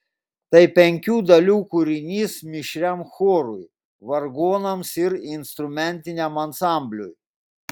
tai penkių dalių kūrinys mišriam chorui vargonams ir instrumentiniam ansambliui